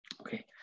Okay